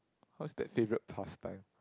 how's that favorite pasttime